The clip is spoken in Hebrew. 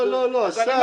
לא, לא, אסף.